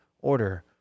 order